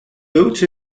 built